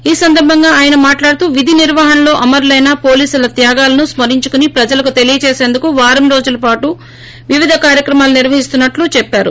ఈ సందర్భంగా ఆయన మాట్లాడుతూ విధి నిర్వహణలో అమరులైన పోలీసుల త్యాగాలను స్మరించుకుని ప్రజలకు తెలియజేసందుకు వారం రోజుల పాటు వివిధ కార్యక్రమాలు నిర్వహిస్తున్నట్లు చెప్పారు